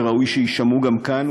וראוי שיישמעו גם כאן,